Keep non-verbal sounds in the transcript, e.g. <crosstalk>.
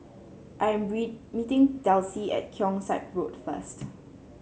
I am <unintelligible> meeting Delsie at Keong Saik Road first